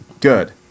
Good